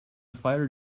fighter